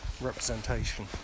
representation